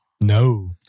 No